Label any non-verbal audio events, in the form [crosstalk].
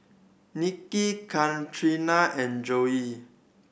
Niki Katrina and [unintelligible]